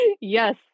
Yes